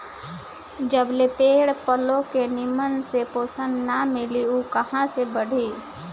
जबले पेड़ पलो के निमन से पोषण ना मिली उ कहां से बढ़ी